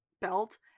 belt